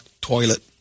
toilet